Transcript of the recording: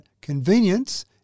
convenience